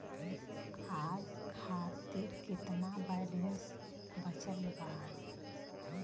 आज खातिर केतना बैलैंस बचल बा?